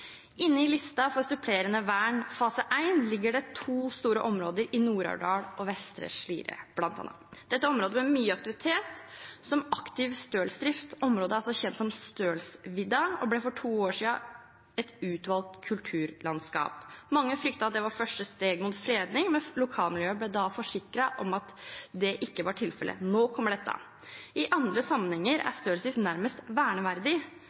I listen for supplerende vern fase 1 ligger det to store områder i Nord-Aurdal og Vestre Slidre, bl.a. Dette er et område med mye aktivitet som aktiv stølsdrift. Området er også kjent som Stølsvidda og ble for to år siden et utvalgt kulturlandskap. Mange fryktet at det var første steg mot fredning, men lokalmiljøet ble da forsikret om at det ikke var tilfellet. Nå kommer dette. I andre sammenhenger er stølsdrift nærmest verneverdig.